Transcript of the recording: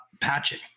patching